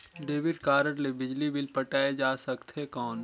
Debit card ले बिजली bill पटाय जा सकथे कौन?